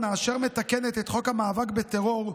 אשר מתקנת את חוק המאבק בטרור,